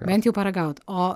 bent jau paragaut o